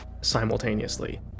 simultaneously